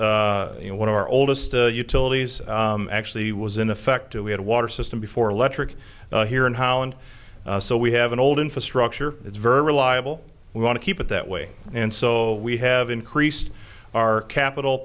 is you know one of our oldest utilities actually was in effect two we had a water system before electric here in holland so we have an old infrastructure it's very reliable we want to keep it that way and so we have increased our capital